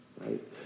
right